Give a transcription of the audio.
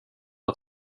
att